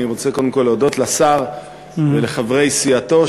אני רוצה קודם כול להודות לשר ולחברי סיעתו,